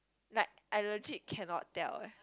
like I legit cannot tell eh